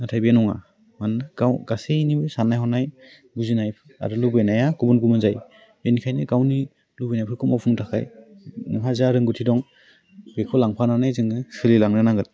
नाथाय बे नङा मानोना गाव गासैनि साननाय हनाय बुजिनाय आरो लुगैनाया गुबुन गुबुन जायो बेनिखायनो गावनि लुगैनायफोरखौ मावफुंनो थाखाय नोंहा जा रोंगौथि दं बेखौ लांफानानै जोङो सोलिलांनो नांगोन